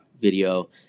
video